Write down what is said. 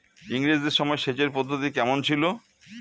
ইঙরেজদের সময় সেচের পদ্ধতি কমন ছিল?